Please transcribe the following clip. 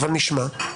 אבל נשמע.